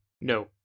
No